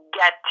get